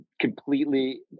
completely